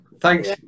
Thanks